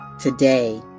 today